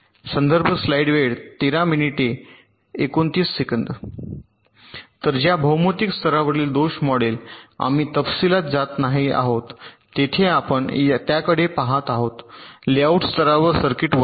तर ज्या भौमितिक स्तरावरील दोष मॉडेल आम्ही तपशीलात जात नाही आहोत येथे आपण त्याकडे पहात आहोत लेआउट स्तरावर सर्किट वर्णन